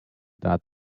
that